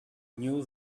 knew